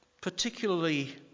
particularly